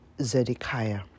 Zedekiah